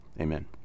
Amen